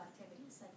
activities